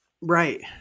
Right